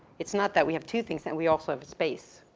its not that we have two things, then we also have a space,